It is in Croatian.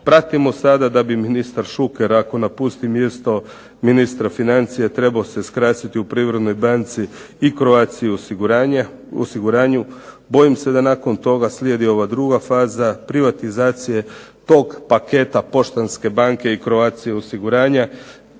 Pratimo sada da bi ministar Šuker, ako napusti mjesto ministra financija trebao se skrasiti u Privrednoj banci i Croatia osiguranju, bojim se da nakon toga slijedi ova druga faza privatizacije tog paketa Poštanske banke i Croatia osiguranja,